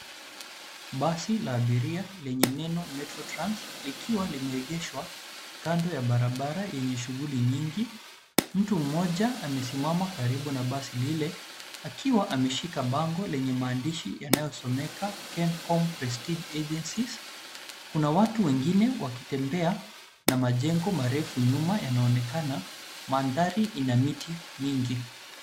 Basi la abiria lenye neno Merto Trans likiwa limeegeshwa kando ya barabara yenye shughuli nyingi. Mtu mmoja amesimama karibu na basi lile akiwa ameshika bango lenye maandishi yanayosomeka KenCom Prestige Agencies. Kuna watu wengine wakitembea na majengo marefu nyuma yanaonekana. Mandhari ina miti mingi.